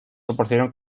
proporcionó